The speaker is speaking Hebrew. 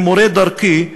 ממורי דרכי,